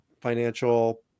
financial